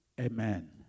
Amen